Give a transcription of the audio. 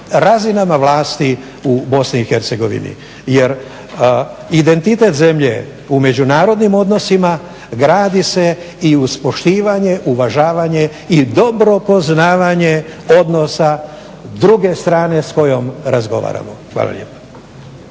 razinama vlasti u BiH. Jer identitet zemlje u međunarodnim odnosima gradi se i uz poštivanje, uvažavanje i dobro poznavanje odnosa druge strane s kojom razgovaramo. Hvala lijepa.